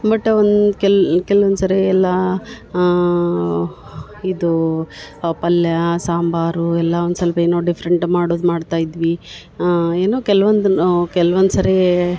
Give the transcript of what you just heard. but ಒಂದು ಕೆಲ್ವೊಂದು ಸರಿ ಎಲ್ಲಾ ಇದೂ ಪಲ್ಯ ಸಾಂಬಾರು ಎಲ್ಲಾ ಒಂದು ಸ್ವಲ್ಪ ಏನೋ ಡಿಫ್ರೆಂಟ್ ಮಾಡೋದು ಮಾಡ್ತಾ ಇದ್ವಿ ಏನೋ ಕೆಲ್ವೊಂದನ್ನು ಕೆಲ್ವೊಂದು ಸರ್ತಿ